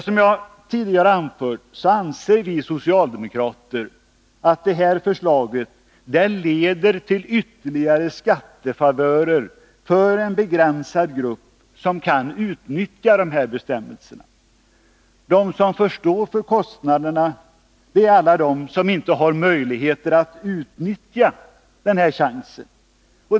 Som jag tidigare anfört anser vi socialdemokrater att detta förslag leder till ytterligare skattefavörer för en begränsad grupp som kan utnyttja de här bestämmelserna. De som får stå för kostnaderna är alla som inte har någon möjlighet att utnyttja den chansen.